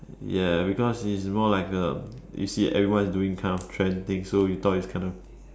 ya because it's more like a you see everyone is doing kind of trend thing so you thought it's kind of